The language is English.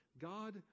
God